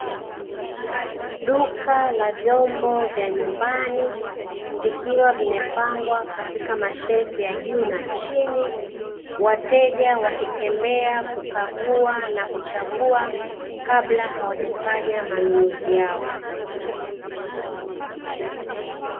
Duka la vyombo vya nyumbani vikiwa vimepangwa katika mashelfu ya juu na chini, wateja wakitembea kukagua na kuchagua kabla hawajafanya manunuzi yao.